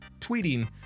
tweeting